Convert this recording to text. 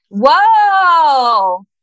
whoa